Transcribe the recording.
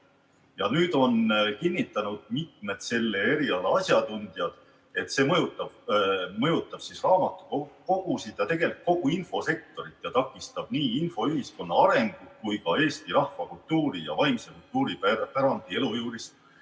Ja nüüd on mitmed selle eriala asjatundjad kinnitanud, et see mõjutab raamatukogusid ja tegelikult kogu infosektorit ning takistab nii infoühiskonna arengut kui ka eesti rahvakultuuri ja vaimse kultuuripärandi elujõulist